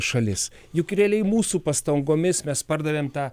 šalis juk realiai mūsų pastangomis mes pardavėm tą